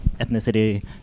ethnicity